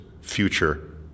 future